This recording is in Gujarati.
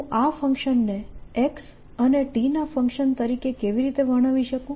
હું આ ફંક્શનને x અને t ના ફંક્શન તરીકે કેવી રીતે વર્ણવી શકું